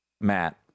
Matt